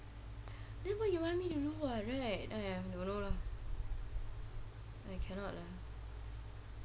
then what you want me to do [what] right !aiya! don't know lah I cannot lah